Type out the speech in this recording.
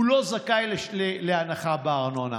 הוא לא זכאי להנחה בארנונה.